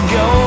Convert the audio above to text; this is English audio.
go